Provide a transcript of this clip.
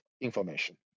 information